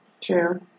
True